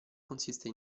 consiste